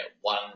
one